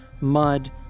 mud